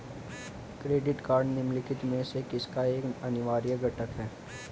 Credit card निम्नलिखित में से किसका एक अनिवार्य घटक है?